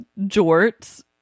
jorts